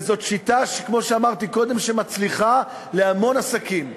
וזאת שיטה, כמו שאמרתי קודם, שמצליחה להמון עסקים.